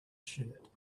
shirt